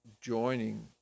joining